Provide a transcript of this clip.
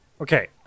okay